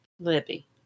Libby